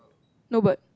no but